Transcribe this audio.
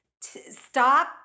Stop